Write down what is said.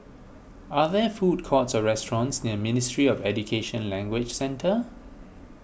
are there food courts or restaurants near Ministry of Education Language Centre